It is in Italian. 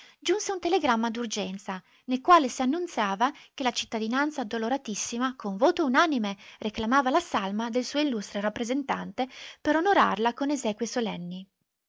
giunse un telegramma d'urgenza nel quale si annunziava che la cittadinanza addoloratissima con voto unanime reclamava la salma del suo illustre rappresentante per onorarla con esequie solenni